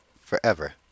forever